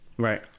Right